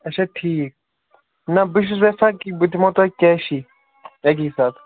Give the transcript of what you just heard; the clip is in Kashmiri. اَچھا ٹھیٖک نہ بہٕ چھُس یَژھان کہِ بہٕ دِمو تۄہہِ کیشی اَکی ساتہٕ